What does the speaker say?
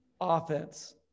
offense